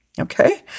Okay